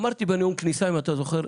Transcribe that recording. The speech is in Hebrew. אמרתי בנאום כניסה אם אתה זוכר,